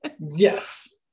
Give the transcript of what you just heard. Yes